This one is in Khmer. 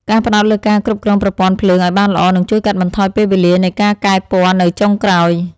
ការផ្ដោតលើការគ្រប់គ្រងប្រព័ន្ធភ្លើងឱ្យបានល្អនឹងជួយកាត់បន្ថយពេលវេលានៃការកែពណ៌នៅចុងក្រោយ។